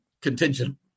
contingent